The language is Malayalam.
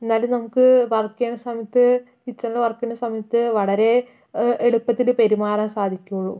എന്നാലേ നമുക്ക് വർക്ക് ചെയ്യണ സമയത്ത് കിച്ചണിൽ വർക്ക് ചെയ്യണ സമയത്ത് വളരെ എളുപ്പത്തിൽ പെരുമാറാൻ സാധിക്കുകയുള്ളൂ